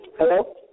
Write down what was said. Hello